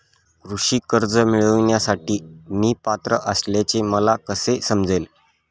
कृषी कर्ज मिळविण्यासाठी मी पात्र असल्याचे मला कसे समजेल?